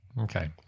Okay